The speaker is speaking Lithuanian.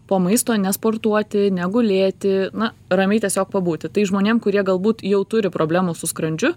po maisto nesportuoti negulėti na ramiai tiesiog pabūti tai žmonėm kurie galbūt jau turi problemų su skrandžiu